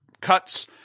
cuts